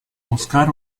buscar